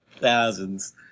Thousands